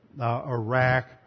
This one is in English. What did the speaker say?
Iraq